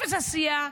אפס עשייה,